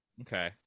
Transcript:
Okay